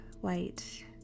white